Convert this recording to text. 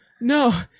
No